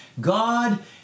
God